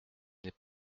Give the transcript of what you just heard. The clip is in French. n’est